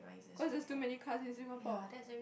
cause there's too many cars in Singapore